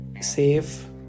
safe